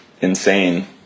insane